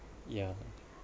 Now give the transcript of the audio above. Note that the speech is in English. yeah